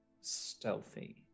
stealthy